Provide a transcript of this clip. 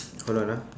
hold on ah